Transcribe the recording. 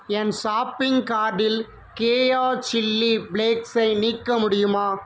என் shopping கார்ட்டில் கேயா chilli ஃப்ளேக்ஸை நீக்க முடியுமா